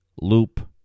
Loop